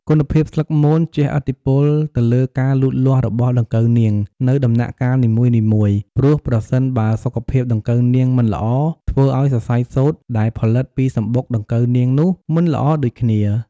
គុណភាពស្លឹកមន ជះឥទ្ធិពលទៅលើការលូតលាស់របស់ដង្កូវនាង នៅដំណាក់កាលនីមួយៗ ព្រោះប្រសិនបើសុខភាពដង្កូវនាងមិនល្អ ធ្វើឱ្យសរសៃសូត្រដែលផលិតពីសំបុកដង្កូវនាងនោះមិនល្អដូចគ្នា។